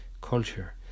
culture